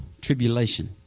Tribulation